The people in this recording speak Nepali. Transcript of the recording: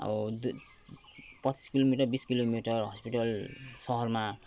अब पच्चिस किलोमिटर बिस किलोमिटर हस्पिटल सहरमा